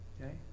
Okay